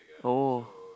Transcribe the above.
oh